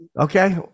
Okay